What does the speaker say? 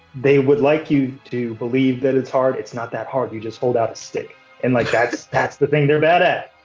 they would like you to believe that it's hard, it's not that hard, you just hold out a stick and like that's that's the thing they're bad at.